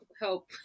help